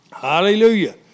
Hallelujah